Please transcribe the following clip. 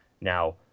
Now